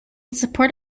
support